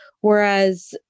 Whereas